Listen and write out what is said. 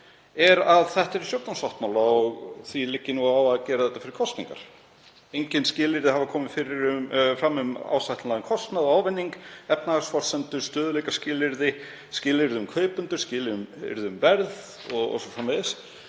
er að þetta sé í stjórnarsáttmálanum og því liggi á að gera þetta fyrir kosningar. Engin skilyrði hafa komið fram um ásættanlegan kostnað og ávinning, efnahagsforsendur, stöðugleikaskilyrði, skilyrði um kaupendur, skilyrði um verð o.s.frv.